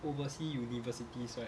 oversea universities right